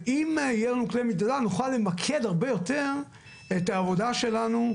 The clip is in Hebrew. ואם יהיה לנו כלי מדידה נוכל למקד הרבה יותר את העבודה שלנו,